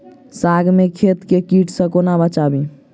साग केँ खेत केँ कीट सऽ कोना बचाबी?